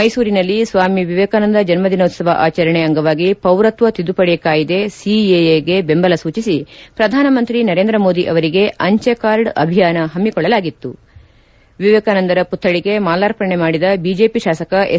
ಮೈಸೂರಿನಲ್ಲಿ ಸ್ವಾಮಿ ವಿವೇಕಾನಂದ ಜನ್ನದಿನೋತ್ವವ ಆಚರಣೆ ಅಂಗವಾಗಿ ಪೌರತ್ವ ತಿದ್ದುಪಡಿ ಕಾಯದೆ ಸಿಎಎಗೆ ಬೆಂಬಲ ಸೂಚಿಸಿ ಪ್ರಧಾನಮಂತ್ರಿ ನರೇಂದ್ರ ಮೋದಿ ಅವರಿಗೆ ಅಂಜೆ ಕಾರ್ಡ್ ಅಭಿಯಾನ ಪಮ್ನಿಕೊಳ್ಳಲಾಗಿತ್ತುವಿವೇಕಾನಂದರ ಪುತ್ನಳಿಗೆ ಮಾಲಾರ್ಪಣೆ ಮಾಡಿದ ಬಿಜೆಪಿ ಶಾಸಕ ಎಸ್